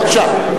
בבקשה.